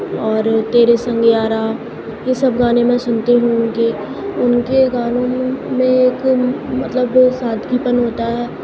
اور تیرے سنگ یارا یہ سب گانے میں سنتی ہوں ان کے ان کے گانوں میں ایک مطلب سادگی پن ہوتا ہے